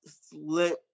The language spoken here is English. slip